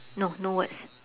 no no words